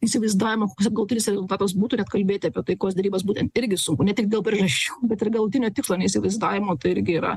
įsivaizdavimo tiesiog galutinis rezultatas būtų net kalbėti apie taikos derybas būtent irgi sunku ne tik dėl priežasčių bet ir galutinio tikslo neįsivaizdavimo tai irgi yra